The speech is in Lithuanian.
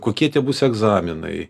kokie tie bus egzaminai